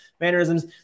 mannerisms